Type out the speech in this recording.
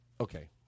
Okay